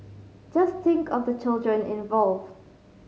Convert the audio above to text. just think of the children involved